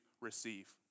receive